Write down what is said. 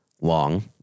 long